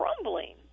crumbling